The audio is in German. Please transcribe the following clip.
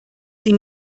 sie